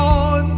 on